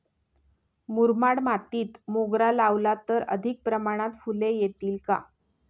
मुरमाड मातीत मोगरा लावला तर अधिक प्रमाणात फूले येतील का?